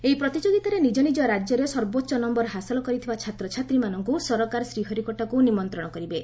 ଏହି ପ୍ରତିଯୋଗିତାରେ ନିଜ ନିଜ ରାଜ୍ୟରେ ସର୍ବୋଚ୍ଚ ନମ୍ଭର ହାସଲ କରିଥିବା ଛାତ୍ରଛାତ୍ରୀମାନଙ୍କ ସରକାର ଶ୍ରୀହରିକୋଟାକୃ ନିମନ୍ତ୍ରଣ କରିବେ